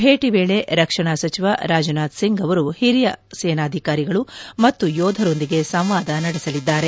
ಭೇಟಿ ವೇಳೆ ರಕ್ಷಣಾ ಸಚಿವ ರಾಜನಾಥ್ ಸಿಂಗ್ ಅವರು ಹಿರಿಯ ಸೇನಾಧಿಕಾರಿಗಳು ಮತ್ತು ಯೋಧರೊಂದಿಗೆ ಸಂವಾದ ನಡೆಸಲಿದ್ದಾರೆ